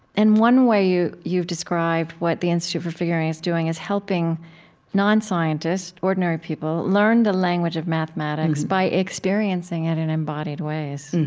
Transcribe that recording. and one way you've described what the institute for figuring is doing is helping non-scientists, ordinary people learn the language of mathematics by experiencing it in embodied ways.